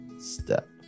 step